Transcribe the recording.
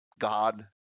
God